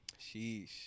sheesh